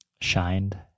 Shined